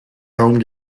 home